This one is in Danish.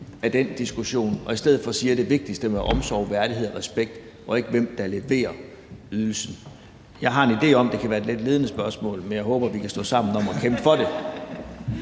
af den diskussion og i stedet for siger, at det vigtigste er omsorg, værdighed og respekt og ikke, hvem der leverer ydelsen. Jeg har en idé om, at det kan være et lidt ledende spørgsmål, men jeg håber, at vi kan stå sammen om at kæmpe for det.